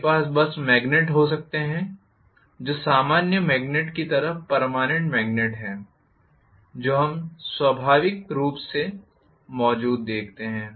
मेरे पास बस मैग्नेट हो सकते हैं जो सामान्य मैग्नेट की तरह पर्मानेंट मेग्नेट हैं जो हम स्वाभाविक रूप से मौजूद देखते हैं